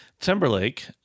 Timberlake